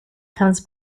comes